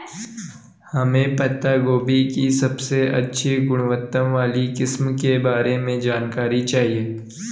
हमें पत्ता गोभी की सबसे अच्छी गुणवत्ता वाली किस्म के बारे में जानकारी चाहिए?